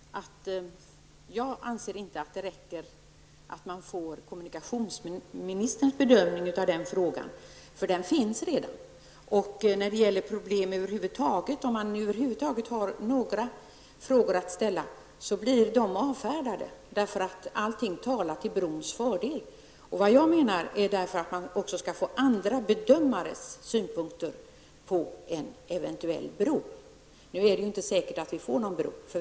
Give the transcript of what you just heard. Herr talman! Jag anser inte att det räcker att man får kommunikationsministerns bedömning av frågan, för den finns redan. Problem och frågor över huvud taget blir avfärdade, därför att allting talar till brons fördel. Vad jag menar är att man också skall få andra bedömares synpunkter på en eventuell bro. Nu är det inte säkert att vi får någon bro.